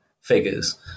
figures